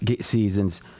seasons